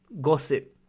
gossip